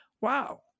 wow